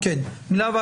מילה שלך,